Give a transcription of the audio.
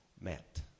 met